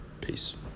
peace